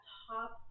top